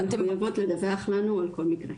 הן מחויבות לדווח לנו על כל מקרה.